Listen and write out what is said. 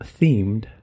themed